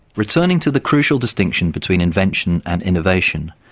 returning to the crucial distinction between invention and innovation,